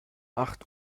acht